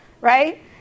Right